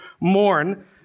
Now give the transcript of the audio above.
mourn